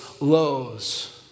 lows